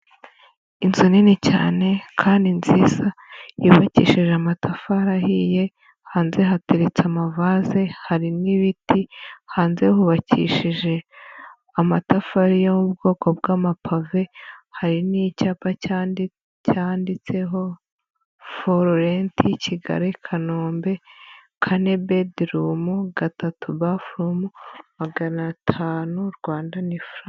Inzu nini cyane kandi nziza, yubakishije amatafari ahiye, hanze hateretse amavase, hari n'ibiti, hanze hubakishije amatafari yo mu bwoko bw'amapave, hari n'icyapa cyanditseho folurenti Kigali Kanombe, kane bedi rumu, gatatu bafurumu, magana atanu Rwandan furanka